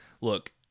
look